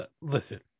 Listen